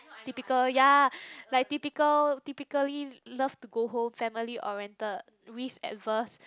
typical ya like typical typically love to go home family oriented risk adverse